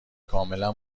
کاملا